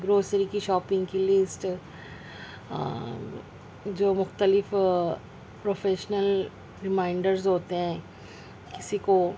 grocery کی shopping کی list جو مختلف پروفیشنل ریمائنڈرز ہوتے ہیں کسی کو